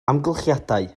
amgylchiadau